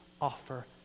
offer